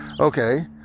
okay